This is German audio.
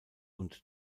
und